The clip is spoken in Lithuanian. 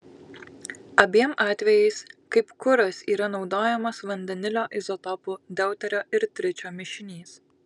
abiem atvejais kaip kuras yra naudojamas vandenilio izotopų deuterio ir tričio mišinys